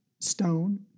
stone